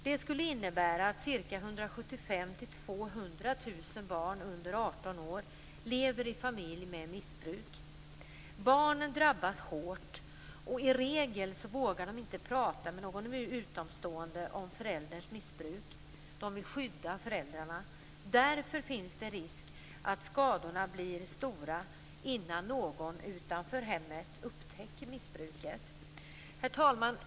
Det skulle innebära att ca 175 000-200 000 barn under 18 år lever i familj med missbruk. Barnen drabbas hårt, och i regel vågar de inte prata med någon utomstående om förälderns missbruk. De vill skydda föräldrarna. Därför finns det risk för att skadorna blir stora innan någon utanför hemmet upptäcker missbruket. Herr talman!